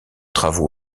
travaux